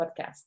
Podcast